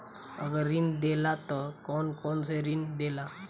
अगर ऋण देला त कौन कौन से ऋण देला?